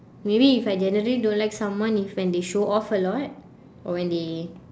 maybe if I generally don't like someone if when they show off a lot or when they